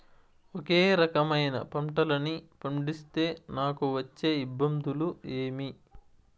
ఒకే రకమైన పంటలని పండిస్తే నాకు వచ్చే ఇబ్బందులు ఏమి?